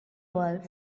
world